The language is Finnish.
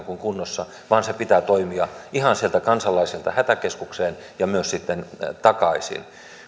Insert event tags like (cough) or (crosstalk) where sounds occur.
(unintelligible) kuin kunnossa vaan sen pitää toimia ihan sieltä kansalaiselta hätäkeskukseen ja myös sitten takaisin